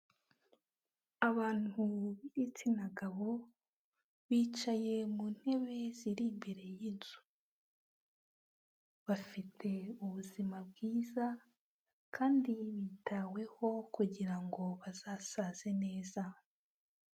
Abantu b'igitsina gabo bicaye mu ntebe ziri imbere y'inzu, bafite ubuzima bwiza kandi bitaweho kugira ngo bazasaze neza.